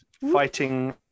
Fighting